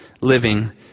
living